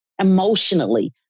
emotionally